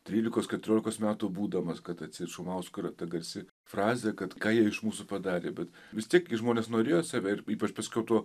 trylikos keturiolikos metų būdamas kad atseit šumausko yra ta garsi frazė kad ką jie iš mūsų padarė bet vis tiek gi žmonės norėjo save ir ypač paskiau tuo